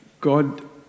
God